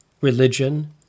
religion